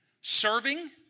serving